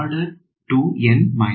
order 2 N 1 ಗೆ